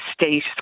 state